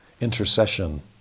intercession